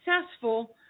successful